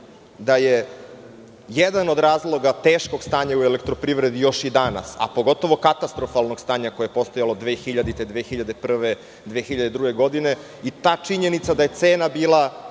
da je jedan od razloga teškog stanja u elektroprivredi još i danas, a pogotovo katastrofalnog stanja koje je postojalo 2000, 2001. i 2002. godine, i ta činjenica da je cena bila